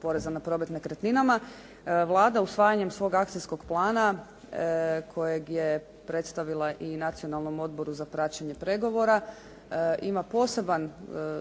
poreza na promet nekretninama Vlada usvajanjem svoga akcijskog plana kojeg je predstavila i Nacionalnom odboru za praćenje pregovora ima poseban